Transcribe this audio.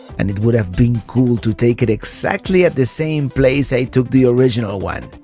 and it would have been cool to take it exactly at the same place i took the original one.